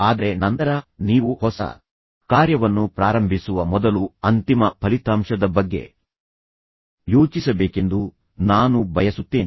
ಆದರೆ ನಂತರ ನೀವು ಹೊಸ ಕಾರ್ಯವನ್ನು ಪ್ರಾರಂಭಿಸುವ ಮೊದಲು ಅಂತಿಮ ಫಲಿತಾಂಶದ ಬಗ್ಗೆ ಯೋಚಿಸಬೇಕೆಂದು ನಾನು ಬಯಸುತ್ತೇನೆ